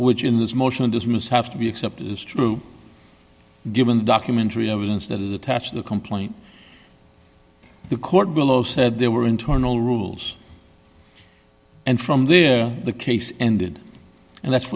which in this motion to dismiss have to be accepted as true given the documentary evidence that is attached to the complaint the court below said there were internal rules and from there the case ended and that